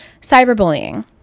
cyberbullying